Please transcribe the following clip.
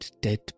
dead